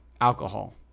Alcohol